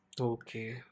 okay